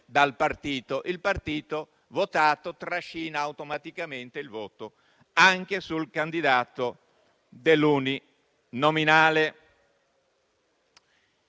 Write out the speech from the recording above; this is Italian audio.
Il partito votato trascina automaticamente il voto anche sul candidato dell'uninominale.